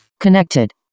connected